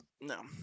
No